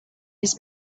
his